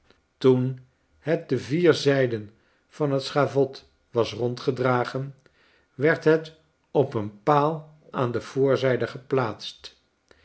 toen het de vier zijden van het schavot was rondgedragen werd het op een paal aan de voorzijde geplaatst